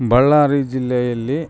ಬಳ್ಳಾರಿ ಜಿಲ್ಲೆಯಲ್ಲಿ